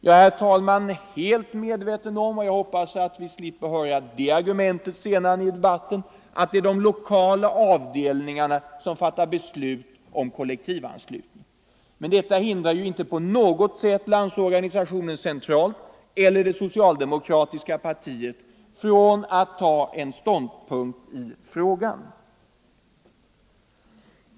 Jag är, herr talman, helt medveten om — och jag hoppas att vi slipper höra det argumentet senare i debatten — att det är de lokala avdelningarna som fattar avgörandet om kollektivanslutning. Men detta hindrar ju inte på något sätt Landsorganisationen centralt eller det socialdemokratiska partiet från att ha en ståndpunkt i frågan.